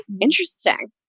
Interesting